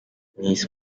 miss